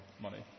money